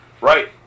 right